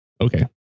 okay